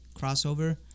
crossover